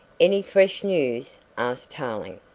any fresh news? asked tarling.